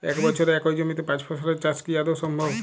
এক বছরে একই জমিতে পাঁচ ফসলের চাষ কি আদৌ সম্ভব?